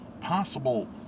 possible